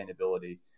sustainability